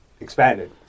expanded